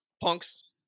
Punk's